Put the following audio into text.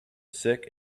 sick